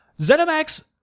ZeniMax